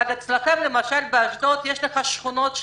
אבל אצלכם למשל באשדוד יש לך שכונות שלמות.